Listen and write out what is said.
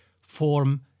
form